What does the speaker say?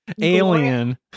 alien